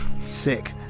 Sick